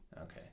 Okay